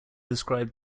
describe